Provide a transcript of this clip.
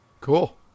Cool